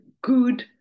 good